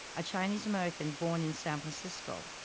a chinese-american born in san francisco.